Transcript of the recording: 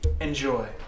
Enjoy